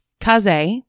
Kaze